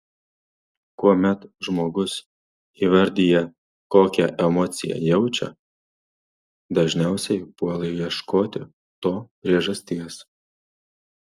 kuomet žmogus įvardija kokią emociją jaučia dažniausiai puola ieškoti to priežasties